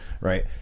right